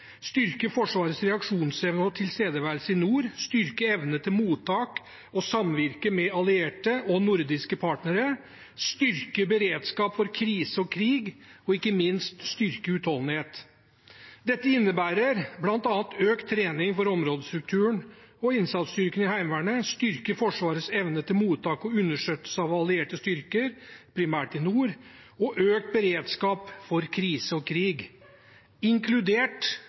styrke Forsvarets reaksjonsevne og tilstedeværelse i nord, styrke evne til mottak og samvirke med allierte og nordiske partnere, styrke beredskap for krise og krig og ikke minst styrke utholdenhet. Dette innebærer bl.a. økt trening for områdestrukturen og innsatsstyrkene i Heimevernet, styrke Forsvarets evne til mottak og understøttelse av allierte styrker, primært i nord, og økt beredskap for krise og krig – inkludert,